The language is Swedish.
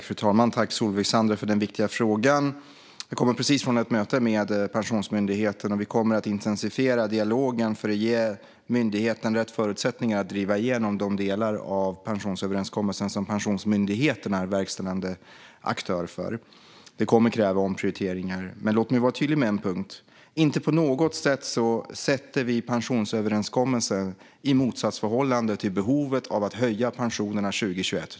Fru talman! Jag tackar Solveig Zander för den viktiga frågan. Jag kommer precis från ett möte med Pensionsmyndigheten. Vi kommer att intensifiera dialogen för att ge myndigheten rätt förutsättningar att driva igenom de delar av pensionsöverenskommelsen som Pensionsmyndigheten är verkställande aktör för. Det kommer att kräva omprioriteringar. Men låt mig var tydlig på en punkt. Inte på något sätt ställer vi pensionsöverenskommelsen i motsatsförhållande till behovet av att höja pensionerna 2021.